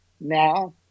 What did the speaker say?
now